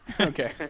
Okay